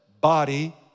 body